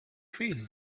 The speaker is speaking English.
feel